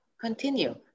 Continue